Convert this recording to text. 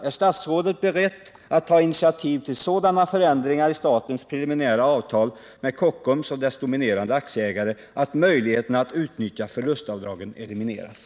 Är statsrådet beredd att ta initiativ till sådana förändringar av statens preliminära avtal med Kockums och dess dominerande aktieägare att möjligheterna att utnyttja förlustavdragen elimineras?